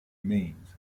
means